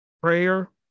prayer